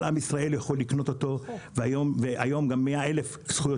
כל עם ישראל יכול לקנות אותה והיום גם 100,000 זכויות